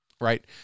right